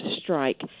strike